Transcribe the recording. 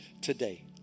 today